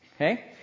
Okay